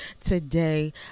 today